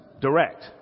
Direct